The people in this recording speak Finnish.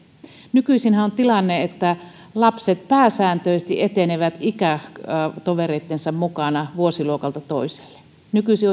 nykyisinhän on tilanne että lapset pääsääntöisesti etenevät ikätovereittensa mukana vuosiluokalta toiselle nykyisin